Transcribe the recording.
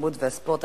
התרבות והספורט,